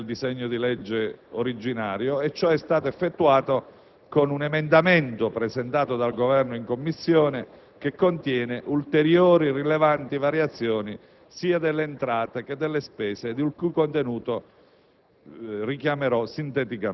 Si è reso, quindi, necessario aggiornare i dati del disegno di legge originario e ciò è stato effettuato con un emendamento presentato dal Governo in Commissione, che contiene ulteriori rilevanti variazioni